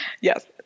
Yes